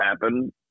happen